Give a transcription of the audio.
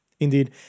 Indeed